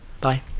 Bye